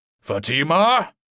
Fatima